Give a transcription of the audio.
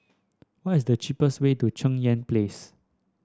what is the cheapest way to Cheng Yan Place